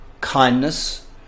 kindness